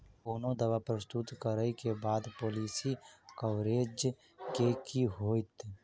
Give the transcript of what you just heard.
कोनो दावा प्रस्तुत करै केँ बाद पॉलिसी कवरेज केँ की होइत?